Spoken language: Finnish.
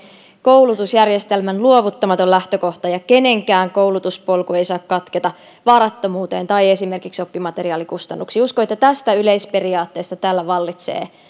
koulutusjärjestelmän luovuttamaton lähtökohta ja kenenkään koulutuspolku ei saa katketa varattomuuteen tai esimerkiksi oppimateriaalikustannuksiin uskon että tästä yleisperiaatteesta täällä vallitsee